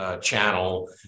channel